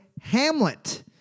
Hamlet